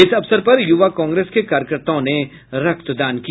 इस अवसर युवा कांग्रेस के कार्यकर्ताओं ने रक्तदान किया